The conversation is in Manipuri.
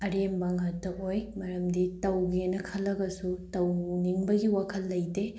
ꯑꯔꯦꯝꯕ ꯉꯥꯛꯇ ꯑꯣꯏ ꯃꯔꯝꯗꯤ ꯇꯧꯒꯦꯅ ꯈꯜꯂꯒꯁꯨ ꯇꯧꯅꯤꯡꯕꯒꯤ ꯋꯥꯈꯜ ꯂꯩꯇꯦ